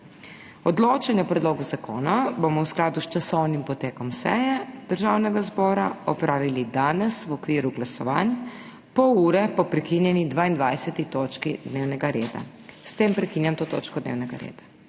Odločanje o predlogu zakona bomo v skladu s časovnim potekom seje Državnega zbora opravili danes v okviru glasovanj, pol ure po prekinjeni 22. točki dnevnega reda. S tem prekinjam to točko dnevnega reda.